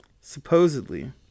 Supposedly